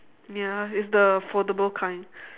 ya it's the foldable kind